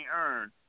earn